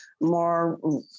more